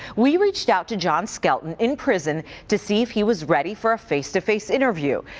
we reached out to john skelton in prison to see if he was ready for a face-to-face interview.